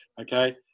okay